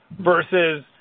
versus